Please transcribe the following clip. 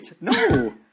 no